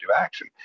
action